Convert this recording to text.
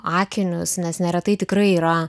akinius nes neretai tikrai yra